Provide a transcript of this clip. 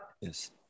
yes